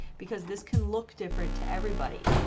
because this can look different to everybody.